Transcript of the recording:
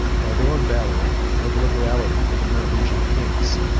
by their own valor, or the liberality of the merovingian kings.